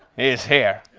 is here.